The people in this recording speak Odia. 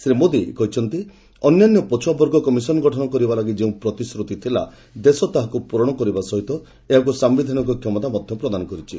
ଶୀ ମୋଦି କହିଛନ୍ତି ଅନ୍ୟାନ୍ୟ ପଛୁଆବର୍ଗ କମିଶନ ଗଠନ କରିବା ପାଇଁ ଯେଉଁ ପ୍ରତିଶ୍ରତି ଥିଲା ଦେଶ ତାହାକୁ ପୂରଣ କରିବା ସହିତ ଏହାକୁ ସାୟିଧାନିକ କ୍ଷମତା ମଧ୍ୟ ପ୍ରଦାନ କରିଛି